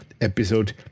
episode